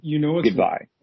goodbye